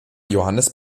johannes